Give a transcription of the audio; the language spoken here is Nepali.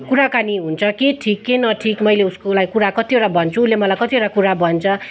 कुराकानी हुन्छ के ठिक के नठिक मैले उसको उसलाई कुरा कतिवटा भन्छु उसले मलाई कतिवटा कुरा भन्छ